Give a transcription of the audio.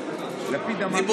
מי קובע מה בתוך הסל?